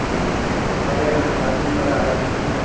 हैं हमारे यहाँ शादी पड़ा है कितने